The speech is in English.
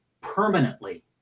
permanently